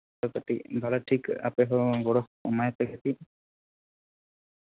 ᱵᱷᱟᱜᱮ ᱴᱷᱤᱠ ᱟᱯᱮᱦᱚᱸ ᱜᱚᱲᱚᱥᱚᱯᱚᱦᱚᱫ ᱮᱢᱟᱭ ᱯᱮ ᱠᱟᱹᱴᱤᱡ